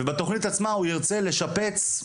וירצה לשפץ,